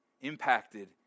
impacted